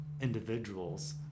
individuals